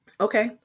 Okay